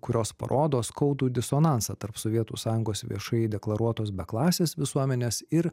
kurios parodo skaudų disonansą tarp sovietų sąjungos viešai deklaruotos beklasės visuomenės ir